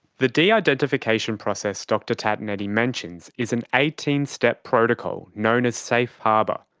the de-identification process dr tatonetti mentions is an eighteen step protocol known as safe harbor,